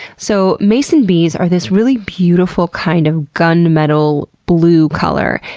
so, mason bees are this really beautiful kind of gun metal blue color.